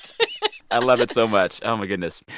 i love it so much. oh, my goodness.